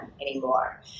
anymore